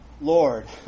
Lord